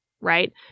right